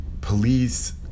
police